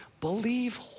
believe